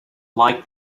like